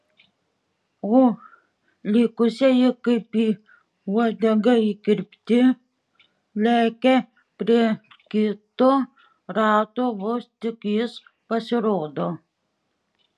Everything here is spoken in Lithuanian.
o likusieji kaip į uodegą įkirpti lekia prie kito rato vos tik jis pasirodo